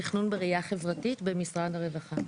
תכנון בראייה חברתית במשרד הרווחה.